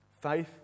Faith